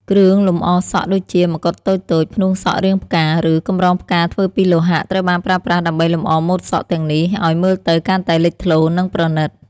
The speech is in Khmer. គ្រឿងលម្អសក់ដូចជា ម្កុដតូចៗ ផ្នួងសក់រាងផ្កា ឬកម្រងផ្កាធ្វើពីលោហៈ ត្រូវបានប្រើប្រាស់ដើម្បីលម្អម៉ូដសក់ទាំងនេះ ឱ្យមើលទៅកាន់តែលេចធ្លោ និងប្រណីត។